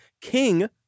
King